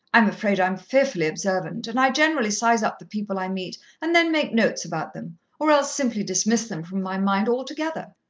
i'm afraid i'm fearfully observant, and i generally size up the people i meet, and then make notes about them or else simply dismiss them from my mind altogether.